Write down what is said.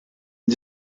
and